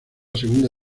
segunda